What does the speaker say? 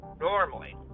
normally